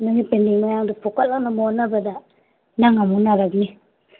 ꯅꯪꯒꯤ ꯄꯦꯟꯗꯤꯡ ꯃꯌꯥꯝꯗꯨ ꯐꯨꯀꯠꯂꯛꯅꯕ ꯍꯣꯠꯅꯕꯗ ꯅꯪ ꯑꯃꯨꯛ ꯅꯥꯔꯛꯅꯤ